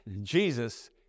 Jesus